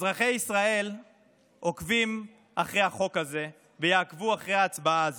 אזרחי ישראל עוקבים אחרי החוק הזה ויעקבו אחרי ההצבעה הזאת,